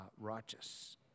righteous